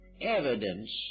evidence